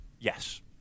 Yes